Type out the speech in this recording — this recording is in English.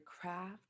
craft